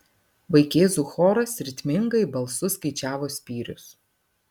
vaikėzų choras ritmingai balsu skaičiavo spyrius